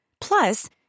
Plus